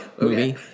movie